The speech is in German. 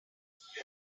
ich